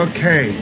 Okay